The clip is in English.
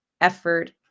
effort